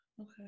okay